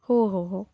हो हो हो